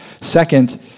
Second